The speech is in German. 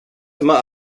immer